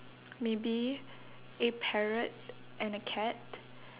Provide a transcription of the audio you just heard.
maybe a parrot and a cat